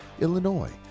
Illinois